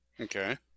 Okay